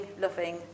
loving